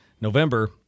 November